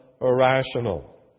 irrational